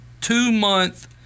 two-month